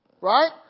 right